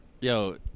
Yo